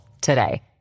today